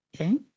Okay